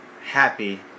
happy